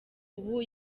ubu